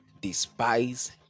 despise